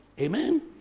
Amen